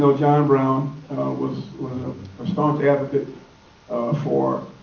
so john brown was a staunch advocate for